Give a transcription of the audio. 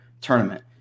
tournament